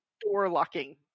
door-locking